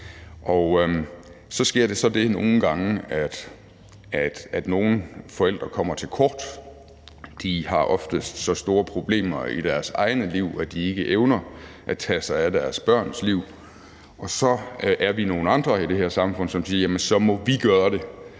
Så sker der så det nogle gange, at nogle forældre kommer til kort. De har ofte så store problemer i deres eget liv, at de ikke evner at tage sig af deres børns liv, og så er vi nogle andre i det her samfund, der siger, at så må vi gøre det.